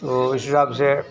तो इस हिसाब से